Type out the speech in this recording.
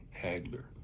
hagler